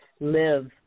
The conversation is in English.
live